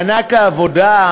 מענק העבודה,